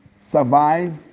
survive